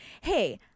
hey